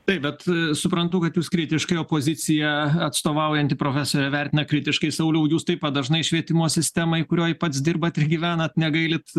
taip bet suprantu kad jūs kritiškai opozicija atstovaujanti profesorė vertina kritiškai sauliau jūs taip pat dažnai švietimo sistemai kurioj pats dirbate gyvenat negailit